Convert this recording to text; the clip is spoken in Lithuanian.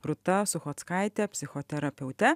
rūta suchockaite psichoterapeute